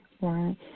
Right